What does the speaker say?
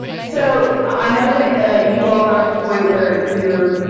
so, i know that you all are at the point where you're